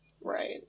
Right